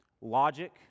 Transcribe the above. logic